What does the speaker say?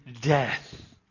death